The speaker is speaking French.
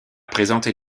présenté